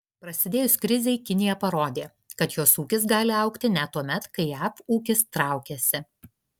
prasidėjus krizei kinija parodė kad jos ūkis gali augti net tuomet kai jav ūkis traukiasi